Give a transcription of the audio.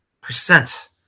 percent